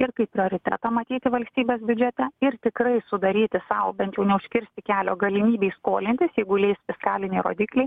ir kaip prioritetą matyti valstybės biudžete ir tikrai sudaryti sau bent jau neužkirsti kelio galimybei skolintisjeigu leis fiskaliniai rodikliai